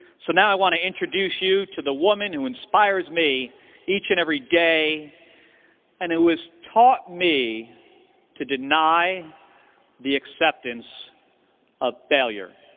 so now i want to introduce you to the woman who inspires me each and every day and who has taught me to deny the acceptance of failure,